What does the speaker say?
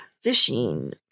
fishing